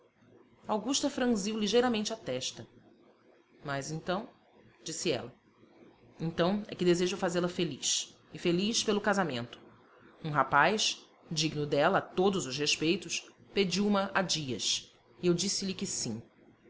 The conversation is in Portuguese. augusta franziu ligeiramente a testa mas então disse ela então é que desejo fazê-la feliz e feliz pelo casamento um rapaz digno dela a todos os respeitos pediu ma há dias e eu disse-lhe que sim